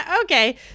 Okay